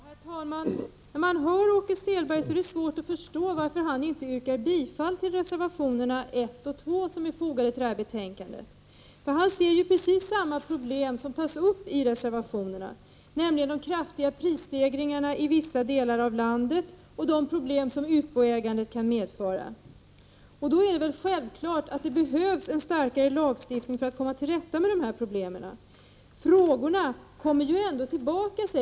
Herr talman! Efter att ha lyssnat på Åke Selbergs anförande är det svårt att förstå varför han inte yrkar bifall till reservationerna 1 och 2 som är fogade till detta betänkande. Han talar om precis samma problem som tas upp i reservationerna, nämligen de kraftiga prisstegringarna i vissa delar av landet och de problem som utboägandet kan medföra. Det borde då vara självklart att det behövs en starkare lagstiftning för att komma till rätta med dessa problem. Åke Selberg säger att frågorna ändå kommer tillbaka till riksdagen.